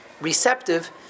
receptive